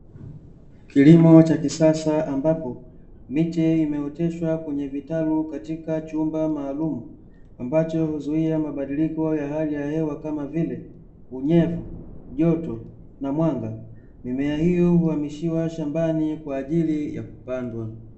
Kilimo cha kisasa ambapo miche imeoteshwa kwenye vitalu katika chumba maalumu, ambacho huzuia mabadiliko ya hali ya hewa kama vile: unyevu, joto na mwanga. Mimea hiyo huamishiwa shambani kwa ajili ya kupandwa.